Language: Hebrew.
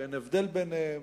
שאין הבדל ביניהם,